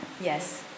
Yes